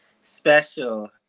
special